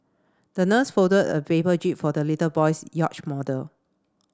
the nurse folded a paper jib for the little boy's yacht model